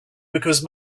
because